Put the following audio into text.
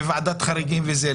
ועדת חריגים וזה.